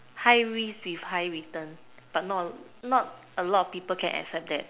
high risk with high return but not not a lot of people can accept that